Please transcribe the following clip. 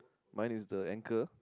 mine is the ankle